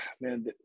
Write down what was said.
man